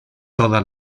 toda